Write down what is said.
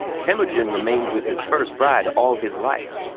temujin remained with his first bride all his life,